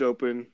Open